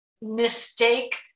mistake